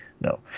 no